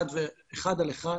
אחד על אחד,